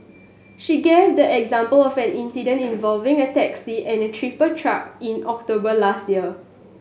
she gave the example of an accident involving a taxi and a tipper truck in October last year